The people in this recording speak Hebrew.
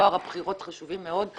טוהר הבחירות חשובים מאוד.